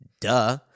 duh